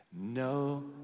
no